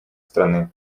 страны